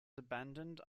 abandoned